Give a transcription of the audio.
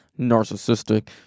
narcissistic